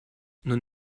non